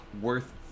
worth